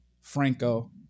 Franco